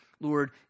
Lord